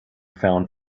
found